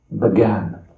began